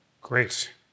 Great